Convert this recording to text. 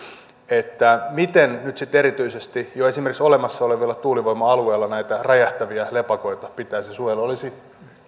miten nyt sitten erityisesti jo esimerkiksi olemassa olevilla tuulivoima alueilla näitä räjähtäviä lepakoita pitäisi suojella olisi